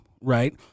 right